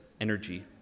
energy